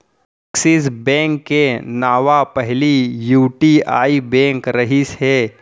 axis bank के नांव पहिली यूटीआई बेंक रहिस हे